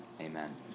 Amen